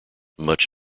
much